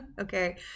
Okay